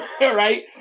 Right